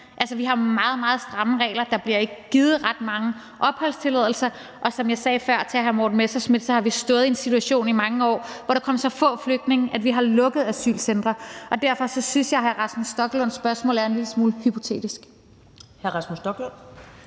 Altså, vi har meget, meget stramme regler, så der bliver ikke givet ret mange opholdstilladelser. Som jeg sagde før til hr. Morten Messerschmidt, har vi stået i en situation i mange år, hvor der kom så få flygtninge, at vi har lukket asylcentre. Og derfor synes jeg, at hr. Rasmus Stoklunds spørgsmål er en lille smule hypotetisk. Kl. 14:55 Første